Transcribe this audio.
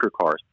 cars